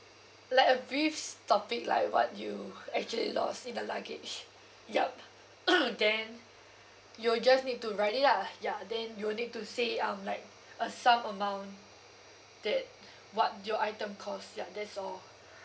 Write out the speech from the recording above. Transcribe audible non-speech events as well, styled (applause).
like a brief s~ topic like what you actually lost in the luggage ya (coughs) then you'll just need to write it lah ya then you'll need to say um like (breath) a sum amount that (breath) what your item costs ya that's all